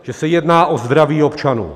Že se jedná o zdraví občanů.